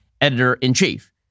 editor-in-chief